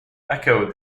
echoed